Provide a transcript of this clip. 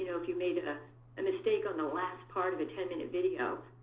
so if you made a and mistake on the last part of a ten minute video,